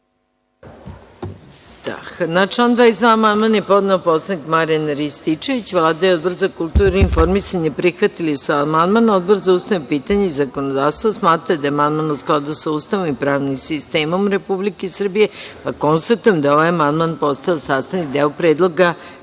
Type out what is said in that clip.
Na član 22. amandman je podneo poslanik Marijan Rističević. Vlada i Odbor za kulturu i informisanje prihvatili su amandman. Odbor za ustavna pitanja i zakonodavstvo smatra da je amandman u skladu sa Ustavom i pravnim sistemom Republike Srbije, pa konstatujem da je ovaj amandman postao sastavni deo Predloga